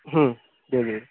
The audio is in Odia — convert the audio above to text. ହଁ ଦେଇଦେବେ